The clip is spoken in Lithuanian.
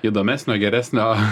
įdomesnio geresnio